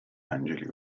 angeli